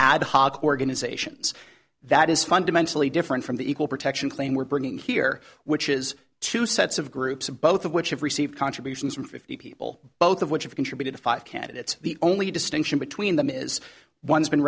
ad hoc organizations that is fundamentally different from the equal protection claim we're bringing here which is two sets of groups both of which have received contributions from fifty people both of which have contributed to five candidates the only distinction between them is one's been